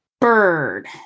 bird